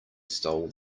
stole